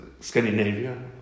Scandinavia